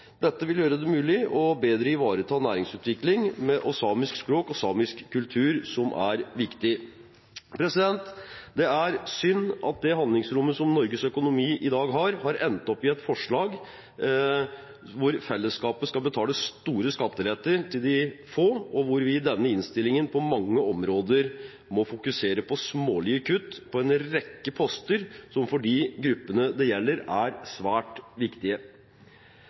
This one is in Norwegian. Dette vil gjøre det mulig å bedre ivareta næringsutvikling, samisk språk og samisk kultur, noe som er viktig. Det er synd at det handlingsrommet som Norges økonomi i dag har, har endt opp i et forslag der fellesskapet skal betale store skatteletter til de få, og der vi i denne innstillingen på mange områder må fokusere på smålige kutt på en rekke poster som for de gruppene det gjelder, er svært viktige.